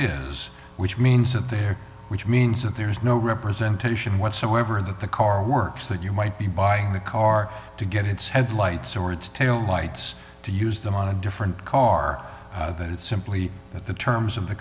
was which means of the air which means that there is no representation whatsoever that the car works that you might be buying the car to get its headlights or its tail lights to use them on a different car that is simply that the terms of the